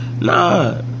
Nah